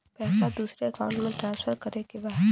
पैसा दूसरे अकाउंट में ट्रांसफर करें के बा?